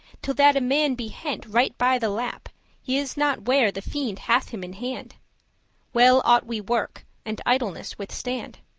till that a man be hent right by the lappe he is not ware the fiend hath him in hand well ought we work, and idleness withstand.